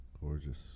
Gorgeous